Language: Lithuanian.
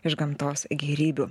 iš gamtos gėrybių